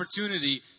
opportunity